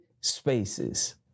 spaces